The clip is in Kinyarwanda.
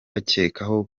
bakeka